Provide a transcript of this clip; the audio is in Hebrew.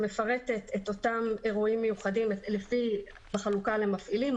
שמפרטת את אותם אירועים מיוחדים בחלוקה למפעילים,